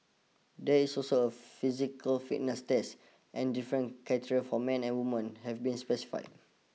there is also a physical fitness test and different criteria for men and women have been specified